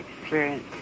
experience